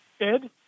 Ed